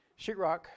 Sheetrock